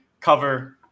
cover